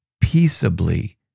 peaceably